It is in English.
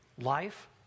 life